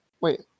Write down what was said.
wait